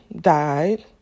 died